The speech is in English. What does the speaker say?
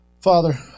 Father